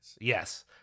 Yes